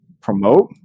promote